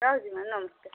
ରହୁଛି ନମସ୍କାର